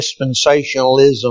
dispensationalism